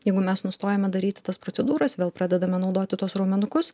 jeigu mes nustojame daryti tas procedūras vėl pradedame naudoti tuos raumenukus